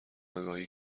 آگاهی